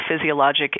physiologic